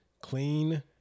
clean